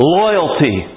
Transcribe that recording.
loyalty